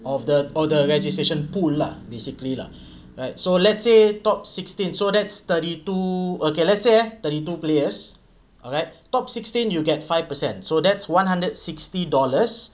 of the all the registration pool lah basically lah alright so let's say top sixteen so that's thirty two okay let's say eh thirty two players alright top sixteen you get five percent so that's one hundred sixty dollars